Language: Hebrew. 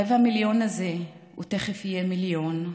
רבע המיליון הזה תכף יהיה מיליון,